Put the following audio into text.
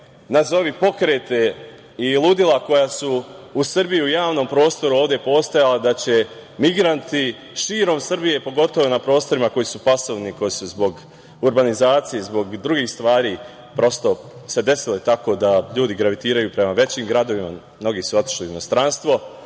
nazovi pokrete i ludila koja su u Srbiji u javnom prostoru ovde postojala, da će migranti širom Srbije, pogotovo na prostorima koji su pasivni, koji su zbog urbanizacije, zbog drugih stvari, prosto su se desile tako, da ljudi gravitiraju prema većim gradovima, mnogi su otišli u inostranstvo,